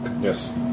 Yes